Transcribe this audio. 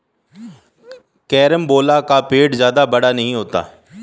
carambola का पेड़ जादा बड़ा नहीं होता